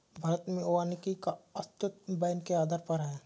भारत में वानिकी का अस्तित्व वैन के आधार पर है